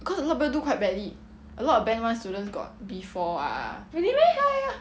because a lot of people do quite badly a lot of band one students got B four ah ya ya ya